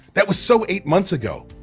that was so eight months ago.